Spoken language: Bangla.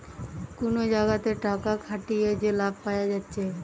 কুনো জাগাতে টাকা খাটিয়ে যে লাভ পায়া যাচ্ছে